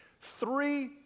three